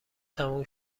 تموم